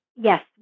yes